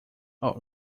all